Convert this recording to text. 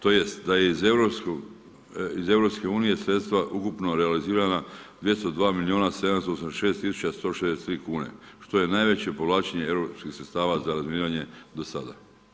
Tj. da je iz EU, sredstva ukupno realizirana 202 milijuna 786 tisuća 163 kn što je najveće povlačenje europskih sredstava za razminiranje do sada.